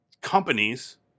companies